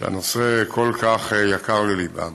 שהנושא כל כך יקר לליבם